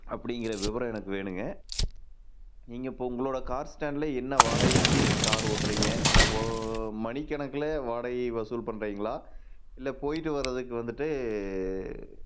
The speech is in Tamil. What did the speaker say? அப்படிங்கிற விவரம் எனக்கு வேணும்ங்க நீங்கள் இப்போ உங்களோட கார் ஸ்டாண்டில் என்ன வாடகைக்கு கார் ஓட்டுறீங்க மணிக்கணக்கில் வாடகை வசூல் பண்ணுறீங்களா இல்லை போய்ட்டு வர்றதுக்கு வந்துவிட்டு